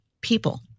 people